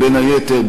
בין היתר,